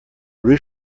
roof